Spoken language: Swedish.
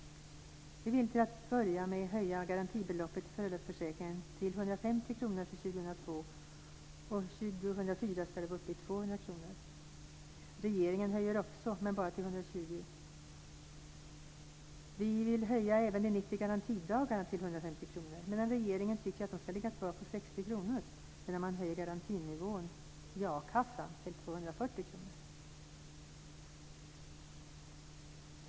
Vi vill till att börja med höja garantibeloppet i föräldraförsäkringen till 150 kr för 2002. År 2004 ska det vara uppe i 200 kr. Regeringen höjer också men bara till 120 kr. Vi vill höja även de 90 garantidagarna till 150 kr. Regeringen tycker att de ska ligga kvar på 60 kr, medan man höjer garantinivån i a-kassan till 240 kr.